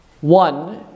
One